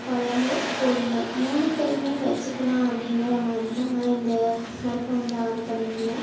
குழம்பு பொரியல் மூணுத்தையுமே வைச்சிக்கிலாம் அப்படிங்கற மாதிரி தான் நான் இந்த அடுப்பை வந்து ஆர்ட்ரு பண்ணியிருந்தேன்